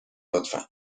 لطفا